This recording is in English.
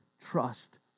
trust